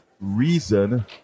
reason